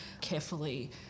carefully